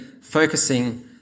focusing